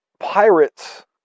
Pirates